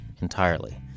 entirely